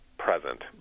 present